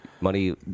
Money